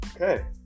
Okay